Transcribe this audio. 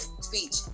speech